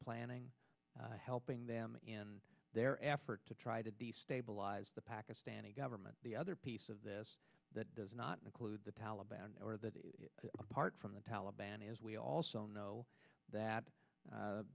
planning helping them in their effort to try to destabilize the pakistani government the other piece of this that does not include the taliban or that apart from the taliban as we also know that